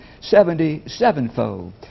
seventy-sevenfold